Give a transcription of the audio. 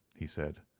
he said,